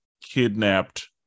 kidnapped